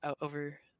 over